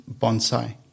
bonsai